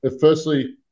firstly